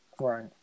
Right